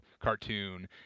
cartoon